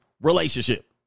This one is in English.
relationship